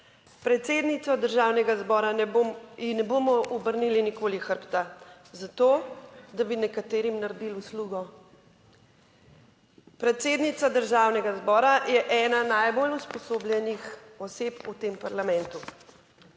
Predsednica Državnega zbora. In ne bomo obrnili nikoli hrbta, zato da bi nekaterim naredili uslugo. Predsednica Državnega zbora je ena najbolj usposobljenih oseb v tem parlamentu.